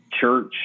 church